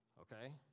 Okay